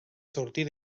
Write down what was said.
sortir